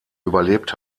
überlebt